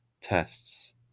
tests